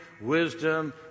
wisdom